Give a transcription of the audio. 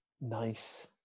nice